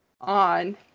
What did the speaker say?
on